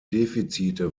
defizite